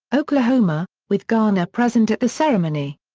oklahoma, with garner present at the ceremony.